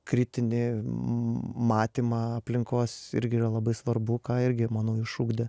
kritinį matymą aplinkos irgi yra labai svarbu ką irgi manau išugdė